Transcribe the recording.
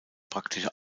praktische